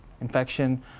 infection